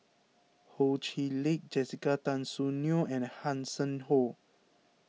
Ho Chee Lick Jessica Tan Soon Neo and Hanson Ho